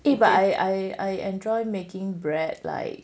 eh but I I enjoy making bread like